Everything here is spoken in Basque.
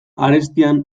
arestian